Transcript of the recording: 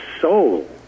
soul